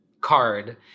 card